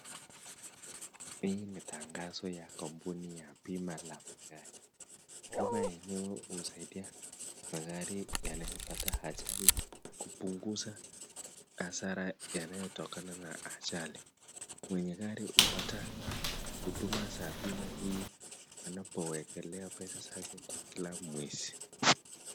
Hii ni tangazo ya kampuni ya bima la magari bima yenyewe husaidia magari yanayopata ajali kupunguza hasara yanayotokana na ajali. Mwenye gari hupata huduma za bima hii anapowekelea pesa zake kwa kila mwezi.